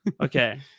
Okay